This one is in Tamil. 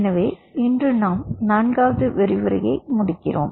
எனவே இன்று நாம் 4 வது விரிவுரையை முடிக்கிறோம்